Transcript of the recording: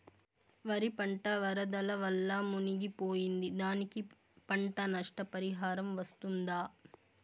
వరి పంట వరదల వల్ల మునిగి పోయింది, దానికి పంట నష్ట పరిహారం వస్తుందా?